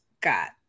got